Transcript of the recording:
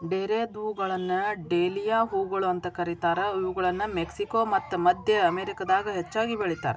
ಡೇರೆದ್ಹೂಗಳನ್ನ dahlia ಹೂಗಳು ಅಂತ ಕರೇತಾರ, ಇವುಗಳನ್ನ ಮೆಕ್ಸಿಕೋ ಮತ್ತ ಮದ್ಯ ಅಮೇರಿಕಾದಾಗ ಹೆಚ್ಚಾಗಿ ಬೆಳೇತಾರ